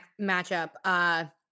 matchup